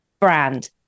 brand